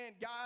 God